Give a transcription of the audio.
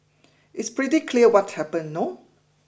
it's pretty clear what happened no